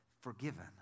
Forgiven